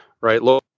right